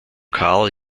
carl